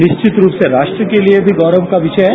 निश्चित रूप से राष्ट्र के लिए गौरव का विषय है